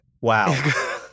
Wow